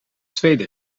tweede